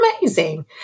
amazing